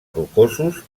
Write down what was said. rocosos